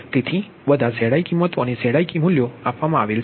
તેથી બધા Zi કિંમતો Zik મૂલ્યો આપવામાં આવેલ છે